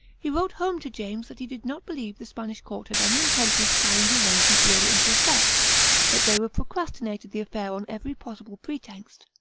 he wrote home to james that he did not believe the spanish court had any intention of carrying the arrangement really into effect that they were procrastinating the affair on every possible pretext,